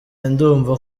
ndumva